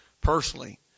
personally